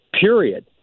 period